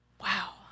Wow